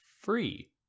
free